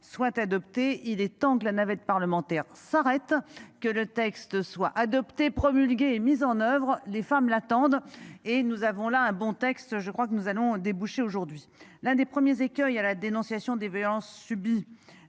soit adoptée, il est temps que la navette parlementaire s'arrête que le texte soit adopté promulguée et mise en oeuvre. Les femmes l'attendent et nous avons là un bon texte, je crois que nous allons déboucher aujourd'hui l'un des premiers écueils à la dénonciation des violences subies.